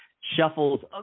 Shuffles